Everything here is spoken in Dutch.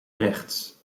rechts